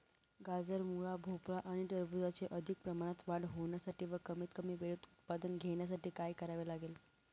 गाजर, मुळा, भोपळा आणि टरबूजाची अधिक प्रमाणात वाढ होण्यासाठी व कमीत कमी वेळेत उत्पादन घेण्यासाठी काय करावे लागेल?